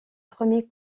premiers